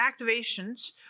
Activations